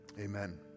Amen